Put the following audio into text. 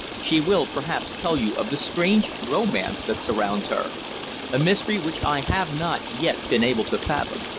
she will perhaps tell you of the strange romance that surrounds her a mystery which i have not yet been able to fathom.